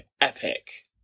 epic